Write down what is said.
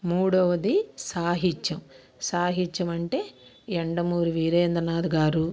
మూడోవది సాహిత్యం సాహిత్యం అంటే యండమూరి వీరేంద్రనాథ్ గారు